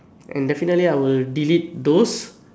and definitely I will delete those